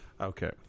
Okay